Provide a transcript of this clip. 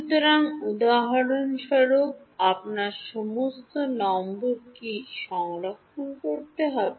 সুতরাং উদাহরণস্বরূপ আপনার সমস্ত নম্বর কী সংরক্ষণ করতে হবে